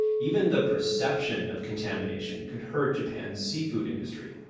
even the perception of contamination could hurt japan's seafood industry